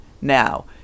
now